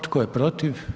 Tko je protiv?